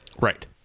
Right